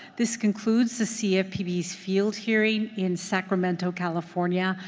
this concludes the cfpb's field hearing in sacramento, california.